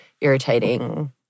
irritating